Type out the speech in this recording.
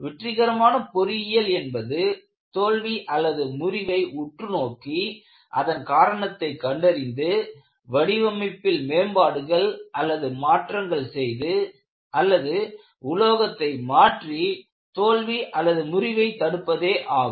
வெற்றிகரமான பொறியியல் என்பது தோல்விமுறிவை உற்றுநோக்கி அதன் காரணத்தை கண்டறிந்து வடிவமைப்பில் மேம்பாடுகள் அல்லது மாற்றங்கள் செய்து அல்லது உலோகத்தை மாற்றி தோல்வி முறிவை தடுப்பதே ஆகும்